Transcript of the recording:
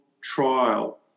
trial